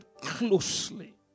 closely